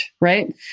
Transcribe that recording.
right